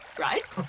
right